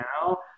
now